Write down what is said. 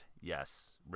Yes